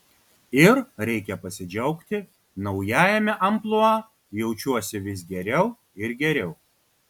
ir reikia pasidžiaugti naujajame amplua jaučiuosi vis geriau ir geriau